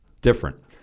Different